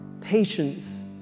patience